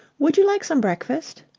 would you like some breakfast?